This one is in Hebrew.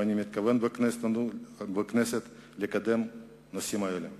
ואני מתכוון לקדם נושאים אלו בכנסת.